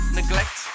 neglect